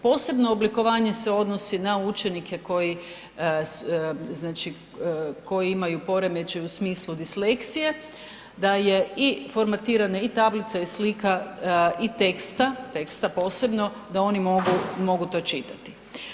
Posebno oblikovanje se odnosi na učenike koji znači koji imaju poremećaj u smislu disleksije, da je i formatirana i tablica i slika i teksta, teksta posebno da oni mogu, mogu to čitati.